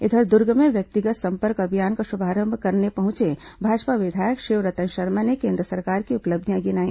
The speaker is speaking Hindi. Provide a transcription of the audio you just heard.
इधर दुर्ग में व्यक्तिगत संपर्क अभियान का शुभारंभ करने पहुंचे भाजपा विधायक शिवरतन शर्मा ने केन्द्र सरकार की उपलब्धियां गिनाई